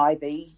IV